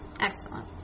Excellent